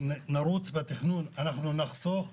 נרוץ בתכנון, אנחנו נחסוך.